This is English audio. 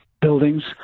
buildings